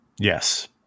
Yes